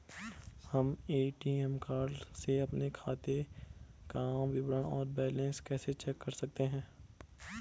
हम ATM card से अपने खाते काम विवरण और बैलेंस कैसे चेक कर सकते हैं?